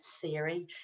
theory